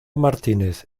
martínez